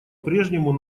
прежнему